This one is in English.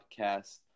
podcast